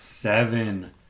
Seven